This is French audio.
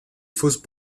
fausses